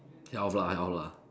health lah health lah